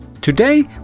Today